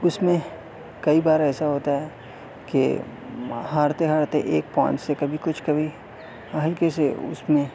اس میں کئی بار ایسا ہوتا ہے کہ ہارتے ہارتے ایک پوائنٹ سے کبھی کچھ کبھی ہلکی سی اس میں